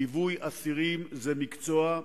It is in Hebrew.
ליווי אסירים זה מקצוע,